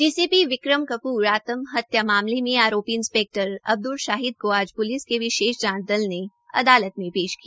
DCP Vikram Kapoor आत्महत्या मामले में आरोपी इंस्पैक्टर अब्द्रल शाहिद को आज पुलिस के विशेष जांच दल ने पेश किया